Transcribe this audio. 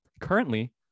Currently